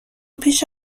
پیش